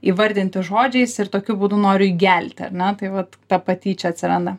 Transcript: įvardinti žodžiais ir tokiu būdu nori įgelti ar ne tai vat ta patyčia atsiranda